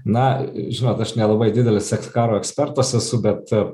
na žinot aš nelabai didelis eks karo ekspertas esu bet